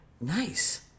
Nice